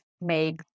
make